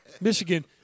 Michigan